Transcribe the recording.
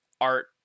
art